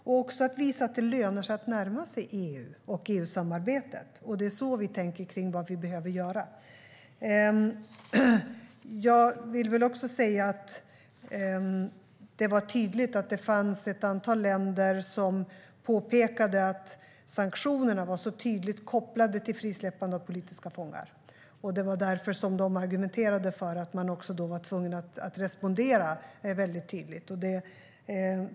Vi ska också visa att det lönar sig att närma sig EU och EU-samarbetet. Det är så vi tänker kring vad vi behöver göra. Det var ett antal länder som påpekade att sanktionerna var så tydligt kopplade till frisläppandet av politiska fångar. Det var därför som de argumenterade för att man då var tvungen att respondera väldigt tydligt.